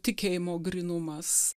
tikėjimo grynumas